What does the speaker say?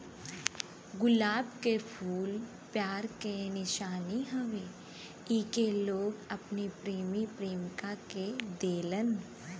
गुलाब के फूल प्यार के निशानी हउवे एके लोग अपने प्रेमी प्रेमिका के देलन